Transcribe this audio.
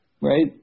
Right